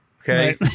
Okay